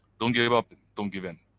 don't give up, don't give in.